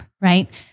right